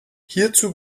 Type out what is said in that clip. hierzu